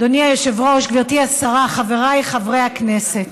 אדוני היושב-ראש, גברתי השרה, חבריי חברי הכנסת,